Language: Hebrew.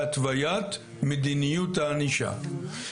בהתוויית מדיניות הענישה.